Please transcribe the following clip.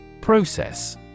Process